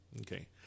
Okay